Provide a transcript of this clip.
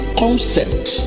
concept